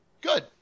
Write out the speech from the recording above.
Good